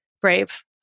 brave